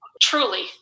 Truly